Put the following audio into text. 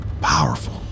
powerful